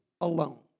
alone